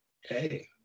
hey